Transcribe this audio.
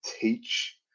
teach